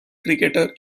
cricketer